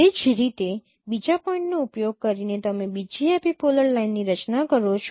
તે જ રીતે બીજા પોઈન્ટનો ઉપયોગ કરીને તમે બીજી એપિપોલર લાઇનની રચના કરો છો